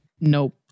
Nope